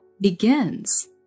begins